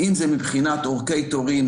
- אם זה מבחינת אורכי תורים,